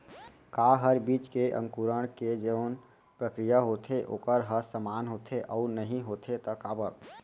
का हर बीज के अंकुरण के जोन प्रक्रिया होथे वोकर ह समान होथे, अऊ नहीं होथे ता काबर?